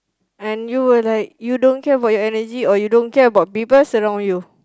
and you will like you don't care about your energy or you don't care about people surround you